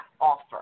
offer